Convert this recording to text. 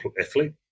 athlete